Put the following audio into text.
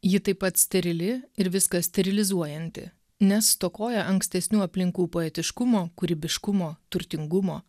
ji taip pat sterili ir viską sterilizuojanti nes stokoja ankstesnių aplinkų poetiškumo kūrybiškumo turtingumo